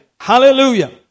Hallelujah